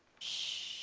shhh.